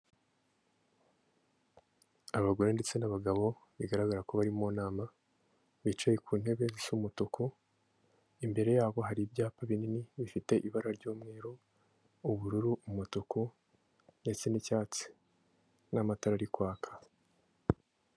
Abagore ndetse n'abagabo bigaragara ko bari mu nama, bicaye ku ntebe zisa umutuku, imbere yabo hari ibyapa binini bifite ibara ry'umweru, ubururu, umutuku ndetse n'icyatsi n'amatara ari kwaka.